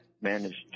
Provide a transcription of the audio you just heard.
managed